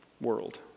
world